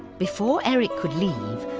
before eric could leave,